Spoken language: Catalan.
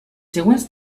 següents